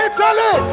Italy